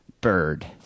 bird